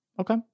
Okay